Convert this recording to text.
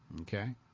Okay